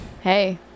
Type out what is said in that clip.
Hey